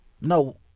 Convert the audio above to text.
No